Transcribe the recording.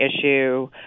issue